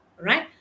right